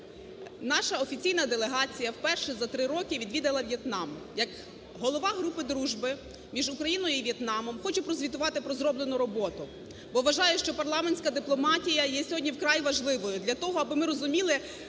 Наша офіційна делегація вперше за три роки відвідала В'єтнам. Як голова групи дружби між Україною і В'єтнамом хочу прозвітувати про зроблену роботу, бо вважаю, що парламентська дипломатія є вкрай важливою для того, аби ми розуміли,